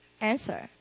answer